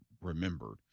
remembered